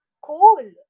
cool